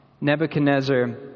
Nebuchadnezzar